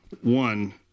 one